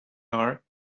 are